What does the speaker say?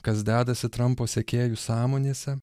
kas dedasi trampo sekėjų sąmonėse